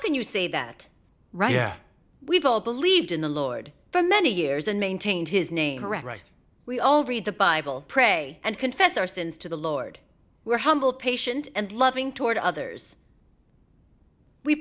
how can you say that right yeah we've all believed in the lord for many years and maintained his name right we all read the bible pray and confess our sins to the lord we're humble patient and loving toward others we